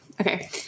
Okay